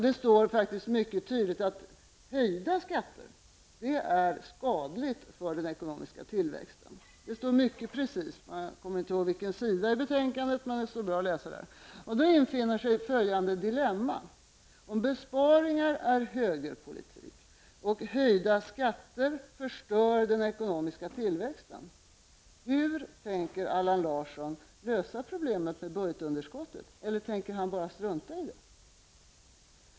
Det står faktiskt mycket tydligt att höjda skatter är skadliga för den ekonomiska tillväxten. Det står mycket precist i betänkandet, men jag kommer inte ihåg på vilken sida. Med anledning av detta resonemang infinner sig följande dilemma. Om besparingar är högerpolitik och höjda skatter förstör den ekonomiska tillväxten, hur tänker Allan Larsson lösa problemet med budgetunderskottet, eller tänker han bara strunta i det?